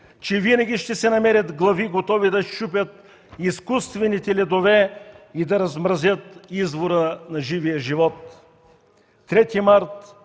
че винаги ще се намерят глави, готови да счупят изкуствените ледове и да размразят извора на живия живот.